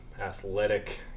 athletic